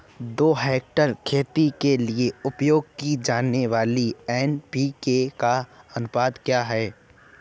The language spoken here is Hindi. दो हेक्टेयर खेती के लिए उपयोग की जाने वाली एन.पी.के का अनुपात क्या है?